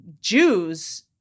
Jews